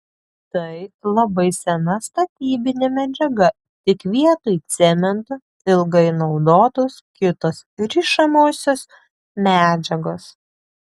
tai labai sena statybinė medžiaga tik vietoj cemento ilgai naudotos kitos rišamosios medžiagos